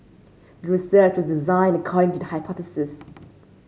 the research was designed according to the hypothesis